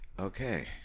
okay